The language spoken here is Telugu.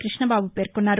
కృష్ణబాబు పేర్కొన్నారు